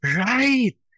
right